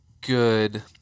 good